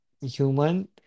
human